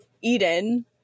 Eden